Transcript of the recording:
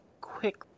quick